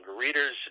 readers